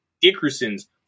Dickerson's